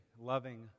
loving